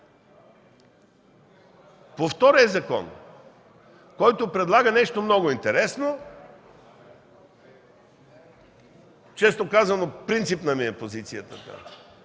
По втория закон, който предлага нещо много интересно, честно казано, позицията ми е принципна.